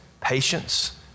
patience